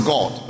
God